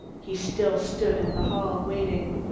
he still stood in the hall, waiting.